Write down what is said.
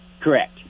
Correct